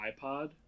iPod